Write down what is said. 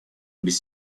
без